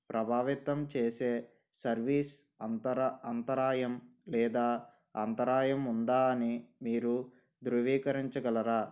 ప్రభావితం చేసే సర్వీస్ అంతరాయం లేదా అంతరాయం ఉందా అని మీరు ధృవీకరించగలరా